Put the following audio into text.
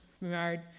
married